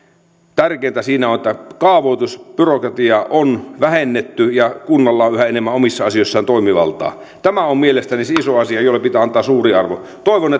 tärkeintä siinä on että kaavoitusbyrokratiaa on vähennetty ja kunnalla on yhä enemmän omissa asioissaan toimivaltaa tämä on mielestäni se iso asia jolle pitää antaa suuri arvo toivon